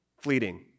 Fleeting